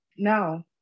No